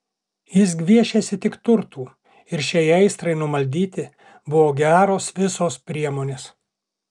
jis gviešėsi tik turtų ir šiai aistrai numaldyti buvo geros visos priemonės